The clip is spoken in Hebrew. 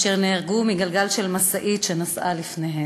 אשר נהרגו מגלגל של משאית שנסעה לפניהן.